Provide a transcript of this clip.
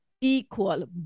equal